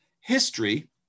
History